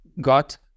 got